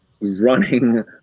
running